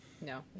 No